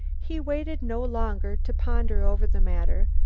he waited no longer to ponder over the matter,